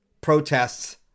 protests